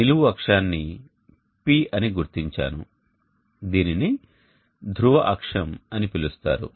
నిలువు అక్షాన్ని P అని గుర్తించాను దీనిని ధ్రువ అక్షం అని పిలుస్తారు